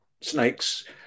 snakes